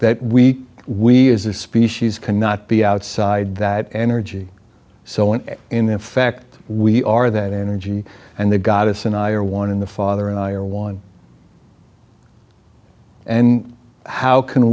that we we as a species cannot be outside that energy so when in fact we are that energy and the goddess and i are one in the father and i are one and how can